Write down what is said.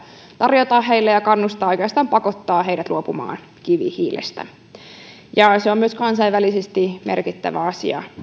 tarjota heille mahdollisuutta ja kannustaa oikeastaan pakottaa heidät luopumaan kivihiilestä se on myös kansainvälisesti merkittävä asia